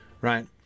right